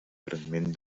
fragments